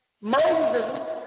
Moses